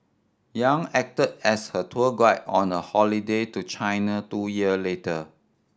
Yang acted as her tour guide on a holiday to China two year later